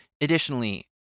Additionally